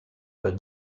pas